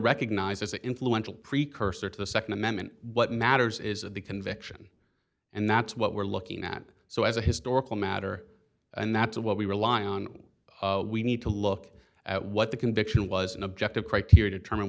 recognized as influential precursor to the nd amendment what matters is that the conviction and that's what we're looking at so as a historical matter and that's what we rely on we need to look at what the conviction was an objective criteria to determine